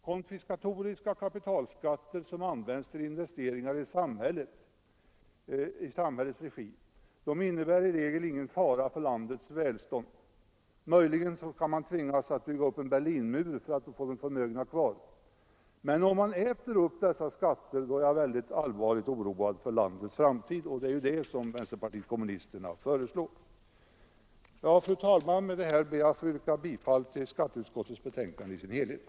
Konfiskatoriska kapitalskatter som används till investeringar i samhällets regi innebär i regel ingen fara för landets välstånd — möjligen kan man tvingas att bygga upp en Berlinmur för att få de förmögna kvar — men om man äter upp dessa skatter, då är jag allvarligt oroad för landets framtid. Och det är ju det som vänsterpartiet kommunisterna föreslår. Fru talman! Med detta ber jag att få yrka bifall till skatteutskottets hemställan i dess helhet.